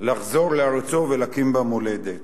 לחזור לארצו ולהקים בה מולדת.